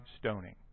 stoning